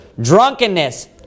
drunkenness